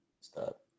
stop